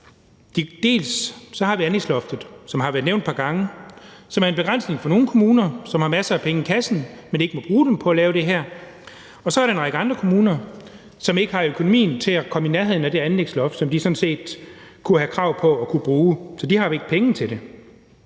Vi har anlægsloftet, som har været nævnt et par gange, og som er en begrænsning for nogle kommuner, som har masser af penge i kassen, men ikke må bruge dem på at lave det her, mens der så er en række andre kommuner, som ikke har økonomien til at komme i nærheden af det anlægsloft, som de sådan set kunne have krav på at bruge, for de har ikke penge til det.